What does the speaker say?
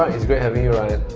it's great having you ryan!